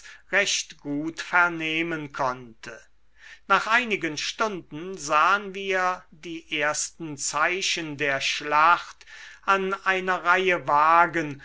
recht gut vernehmen konnte nach einigen stunden sahen wir die ersten zeichen der schlacht an einer reihe wagen